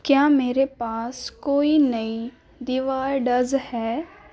کیا میرے پاس کوئی نئی دیوارڈز ہے